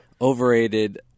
overrated